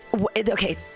Okay